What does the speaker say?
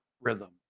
rhythm